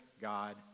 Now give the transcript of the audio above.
God